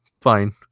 Fine